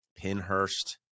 PinHurst